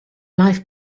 life